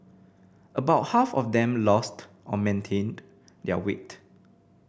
about half of them lost or maintained their weight